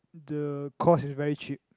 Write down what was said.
the cost is very cheap